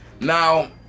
Now